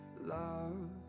Love